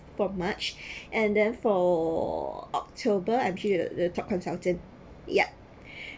from march and then for october I'm still the the top consultant yup